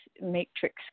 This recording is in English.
matrix